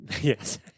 Yes